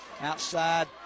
outside